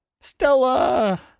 Stella